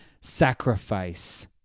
sacrifice